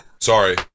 Sorry